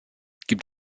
gibt